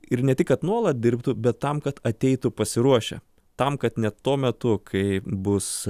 ir ne tik kad nuolat dirbtų bet tam kad ateitų pasiruošę tam kad net tuo metu kai bus